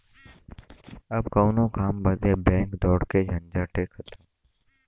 अब कउनो काम बदे बैंक दौड़े के झंझटे खतम